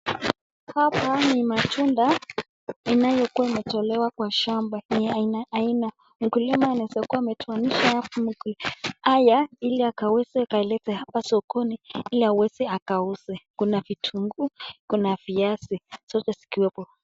Hapa ni machungwa inayokuwa imetolewa kwa shamba. niya haina haina. Mkulima anawezakuwa ametuanisha ama kui...haya ili akaweze akalete hapa sokoni ili aweze akauze, kuna vitunguu, kuna viazi zote zikiweko..